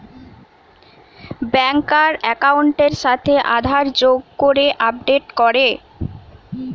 ব্যাংকার একাউন্টের সাথে আধার যোগ করে আপডেট করে